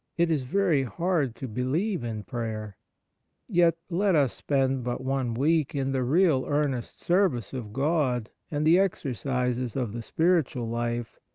it is very hard to be lieve in prayer yet let us spend but one week in the real earnest service of god and the exercises of the spiritual life,